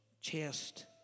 chest